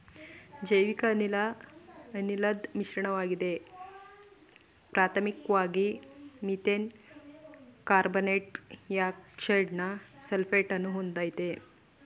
ಜೈವಿಕಅನಿಲ ಅನಿಲದ್ ಮಿಶ್ರಣವಾಗಿದೆ ಪ್ರಾಥಮಿಕ್ವಾಗಿ ಮೀಥೇನ್ ಕಾರ್ಬನ್ಡೈಯಾಕ್ಸೈಡ ಸಲ್ಫೈಡನ್ನು ಹೊಂದಯ್ತೆ